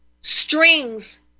strings